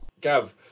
Gav